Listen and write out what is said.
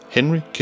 Henry